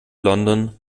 london